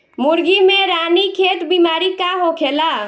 मुर्गी में रानीखेत बिमारी का होखेला?